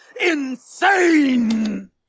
insane